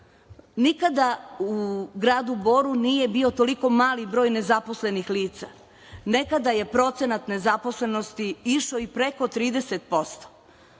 Nikada u gradu Boru nije bio toliko mali broj nezaposlenih lica. Nekada je procenat nezaposlenosti išao i preko 30%.